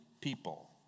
people